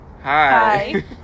Hi